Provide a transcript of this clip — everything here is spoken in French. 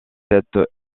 cette